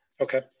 okay